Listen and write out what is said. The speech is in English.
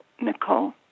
Nicole